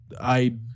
I-